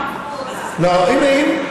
תשמעי,